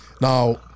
Now